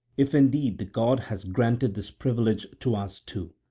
if indeed the god has granted this privilege to us two.